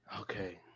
Okay